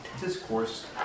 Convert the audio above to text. discourse